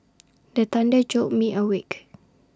the thunder jolt me awake